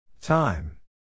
Time